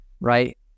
right